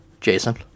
Jason